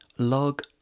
Log